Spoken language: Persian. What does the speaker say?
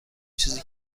چیزی